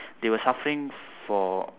they were suffering for